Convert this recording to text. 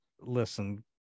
listen